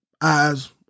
eyes